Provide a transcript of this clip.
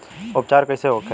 उपचार कईसे होखे?